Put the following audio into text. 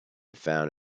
found